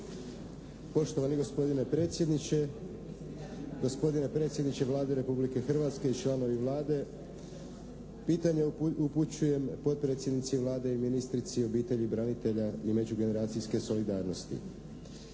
Poštovani gospodine predsjedniče, gospodine predsjedniče Vlade Republike Hrvatske i članovi Vlade. Pitanje upućujem potpredsjednici Vlade i ministrici obitelji, branitelja i međugeneracijske solidarnosti.